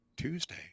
Tuesday